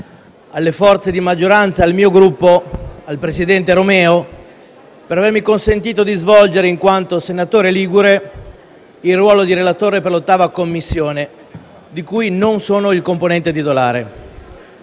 alle forze di maggioranza, al mio Gruppo, al senatore Romeo, per avermi consentito di svolgere, in quanto senatore ligure, il ruolo di relatore per l’8[a] Commissione, di cui non sono un componente titolare.